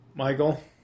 Michael